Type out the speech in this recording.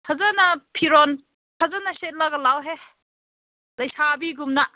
ꯐꯖꯅ ꯐꯤꯔꯣꯟ ꯐꯖꯅ ꯁꯦꯠꯂꯒ ꯂꯥꯛꯑꯣꯍꯦ ꯂꯩꯁꯥꯕꯤꯒꯨꯝꯅ